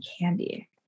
Candy